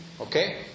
Okay